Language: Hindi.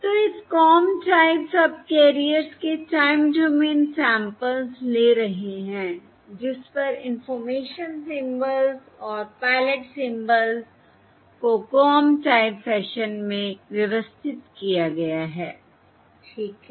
तो इस कॉम टाइप सबकैरियर्स के टाइम डोमेन सैंपल ले रहे हैं जिस पर इंफॉर्मेशन सिंबल्स और पायलट सिंबल्स को कॉम टाइप फैशन में व्यवस्थित किया गया है ठीक है